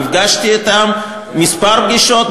נפגשתי אתם כמה פגישות.